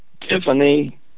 Tiffany